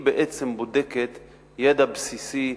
היא בעצם בודקת ידע בסיסי,